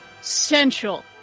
essential